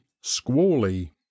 squally